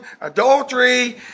adultery